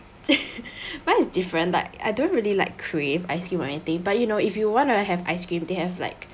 mine is different like I don't really like cream ice cream or anything but you know if you want to have ice cream they have like